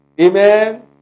Amen